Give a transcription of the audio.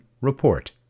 report